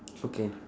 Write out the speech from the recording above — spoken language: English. okay